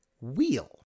wheel